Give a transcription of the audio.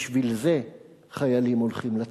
בשביל זה חיילים הולכים לצבא,